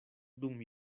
dum